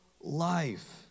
life